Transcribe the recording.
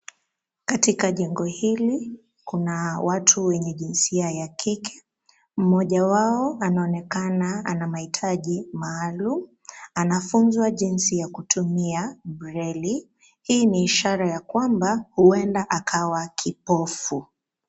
Katika jengo hili kuna watu wenye jinsia ya kike. Mmoja wao anaonekana ana mahitaji maalum, anafunzwa jinsi ya kutumia breli, hii ni ishara ya kwamba huenda akawa kipofu.